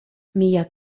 mia